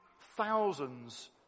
thousands